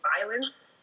violence